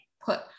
put